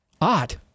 Odd